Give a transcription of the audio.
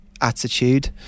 attitude